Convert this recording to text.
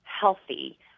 healthy